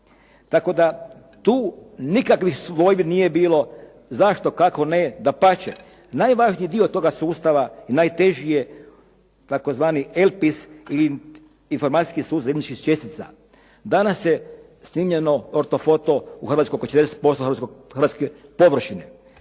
Tako da tu nikakvih dvojbi nije bilo zašto, kako ne, dapače najvažniji dio toga sustava i najteži je tzv. elpis informacijskih sustav zemljišnih čestica. Danas je snimljeno ortofoto u Hrvatskoj oko …/Govornik